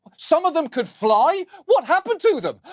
some of them could fly? what happened to them?